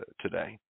today